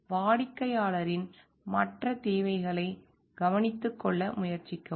வாடிக்கையாளரின் மற்ற தேவைகளை கவனித்துக் கொள்ள முயற்சிக்கவும்